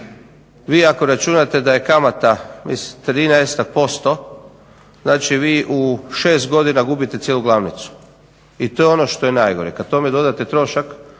Vi ako računate da je kamata trinaestak posto, znači vi u 6 godina gubite cijelu glavnicu. I to je ono što je najgore. Kad tome dodate trošak